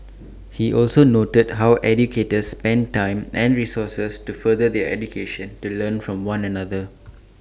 he also noted how educators spend time and resources to further their education to learn from one another